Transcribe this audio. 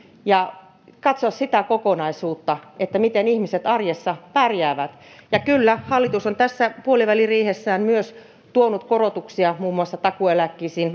ja pitää katsoa sitä kokonaisuutta miten ihmiset arjessa pärjäävät ja kyllä hallitus on tässä puoliväliriihessään myös tuonut korotuksia muun muassa takuueläkkeisiin